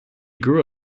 grew